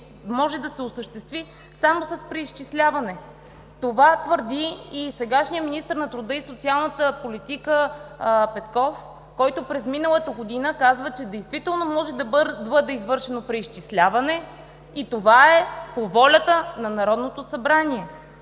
може да се осъществи само с преизчисляване. Това твърди и сегашният министър на труда и социалната политика Бисер Петков, който през миналата година казва, че действително може да бъде извършено преизчисляване, и това е по волята на Народното събрание.